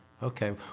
Okay